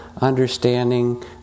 understanding